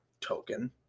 token